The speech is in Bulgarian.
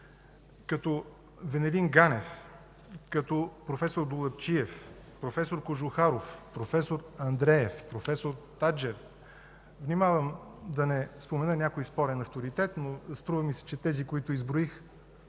като Венелин Ганев, като проф. Долапчиев, проф. Кожухаров, проф. Андреев, проф. Таджер. Внимавам да не спомена някой спорен авторитет, но струва ми се, че тези, които изброих,